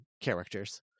characters